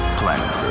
planet